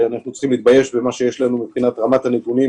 שאנחנו צריכים להתבייש במה שיש לנו מבחינת רמת הנתונים,